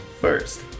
first